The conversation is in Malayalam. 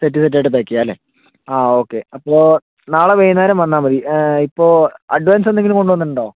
സെറ്റ് സെറ്റായിട്ട് പാക്ക് ചെയ്യാം അല്ലേ ആ ഓക്കെ അപ്പോൾ നാളെ വൈകുന്നേരം വന്നാൽ മതി ഇപ്പോൾ അഡ്വാൻസ് എന്തെങ്കിലും കൊണ്ടു വന്നിട്ടുണ്ടോ